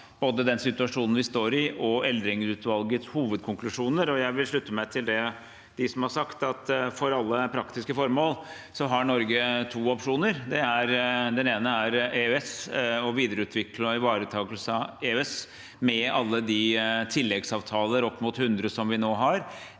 både den situasjonen vi står i, og Eldring-utvalgets hovedkonklusjoner. Jeg vil slutte meg til dem som har sagt at for alle praktiske formål har Norge to opsjoner: EØS – videreutvikling og ivaretakelse av EØS, med alle de tilleggsavtaler, opp mot 100, som vi nå har